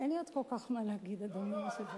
אין לי עוד כל כך מה להגיד, אדוני היושב-ראש.